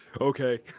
okay